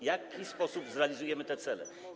W jaki sposób zrealizujemy te cele?